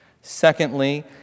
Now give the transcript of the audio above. Secondly